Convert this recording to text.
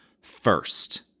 first